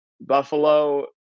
Buffalo